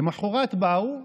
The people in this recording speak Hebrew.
למוחרת באו,